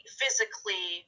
physically